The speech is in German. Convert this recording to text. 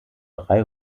drei